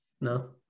No